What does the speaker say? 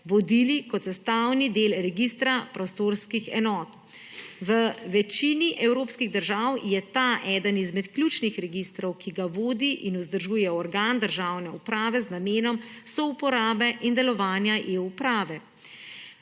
vodili kot sestavni del registra prostorskih enot. V večini evropskih držav je le-ta eden izmed ključnih registrov, ki ga vodi in vzdržuje organ državne uprave z namenom souporabe in delovanja eUprave.